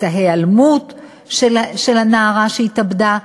את ההיעלמות של הנערה שהתאבדה,